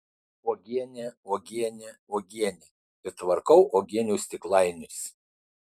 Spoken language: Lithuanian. uogienė uogienė uogienė ir tvarkau uogienių stiklainius